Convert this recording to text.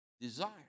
desire